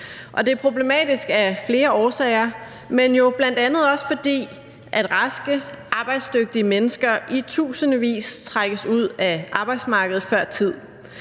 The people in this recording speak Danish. det er problematisk af flere årsager, men jo bl.a. også fordi raske, arbejdsdygtige mennesker i tusindvis trækkes ud af arbejdsmarkedet før tid.